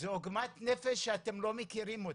זו עוגמת נפש שאתם לא מכירים אותה.